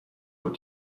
بود